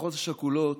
המשפחות השכולות